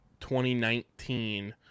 2019